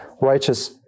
righteous